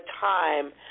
time